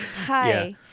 hi